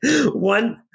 one-